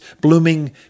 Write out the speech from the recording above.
blooming